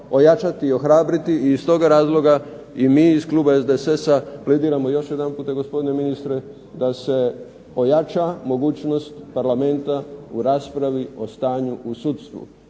ojačati i ohrabriti i iz toga razloga mi iz Kluba SDSS-a plediramo još jedanputa gospodine ministre da se ojača mogućnost parlamenta u raspravi o stanju u sudstvu,